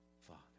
Father